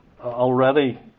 Already